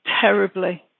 terribly